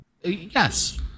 Yes